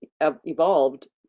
evolved